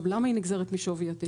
למה היא נגזרת משווי התיק?